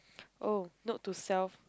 oh note to self